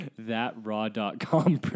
Thatraw.com